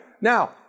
Now